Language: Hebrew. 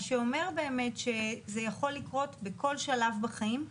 מה שאומר באמת שזה יכול לקרות בכל שלב בחיים.